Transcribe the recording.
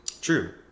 True